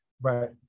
Right